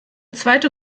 zweite